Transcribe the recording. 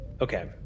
Okay